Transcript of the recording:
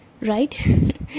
right